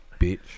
bitch